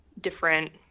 different